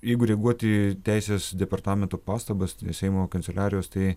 jeigu reaguot į teisės departamento pastabas seimo kanceliarijos tai